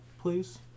please